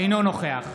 אינו נוכח